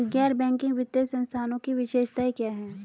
गैर बैंकिंग वित्तीय संस्थानों की विशेषताएं क्या हैं?